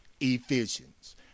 Ephesians